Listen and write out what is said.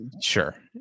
sure